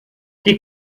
die